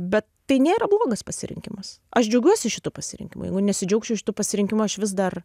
bet tai nėra blogas pasirinkimas aš džiaugiuosi šitu pasirinkimu jeigu nesidžiaugčiau šitu pasirinkimu aš vis dar